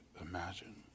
imagine